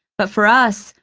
but for us,